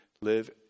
live